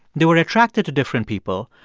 they were attracted to different people,